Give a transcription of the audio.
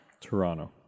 Toronto